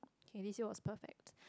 okay this year was perfect